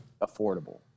affordable